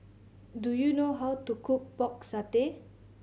do you know how to cook Pork Satay